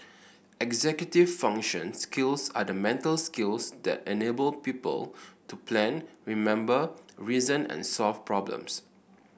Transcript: executive function skills are the mental skills that enable people to plan remember reason and solve problems